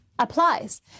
Applies